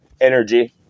energy